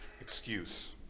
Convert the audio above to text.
excuse